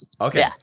Okay